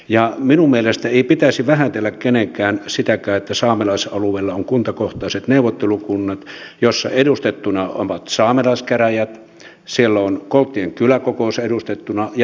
ja minun mielestäni ei pitäisi vähätellä kenenkään sitäkään että saamelaisalueella on kuntakohtaiset neuvottelukunnat joissa edustettuna on saamelaiskäräjät siellä on kolttien kyläkokous edustettuna ja tietenkin kunta